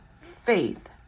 faith